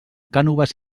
cànoves